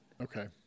Okay